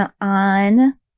on